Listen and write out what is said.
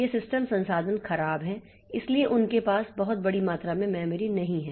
ये सिस्टम संसाधन खराब हैं इसलिए उनके पास बहुत बड़ी मात्रा में मेमोरी नहीं है